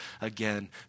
again